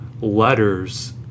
letters